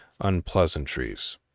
unpleasantries